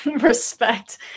respect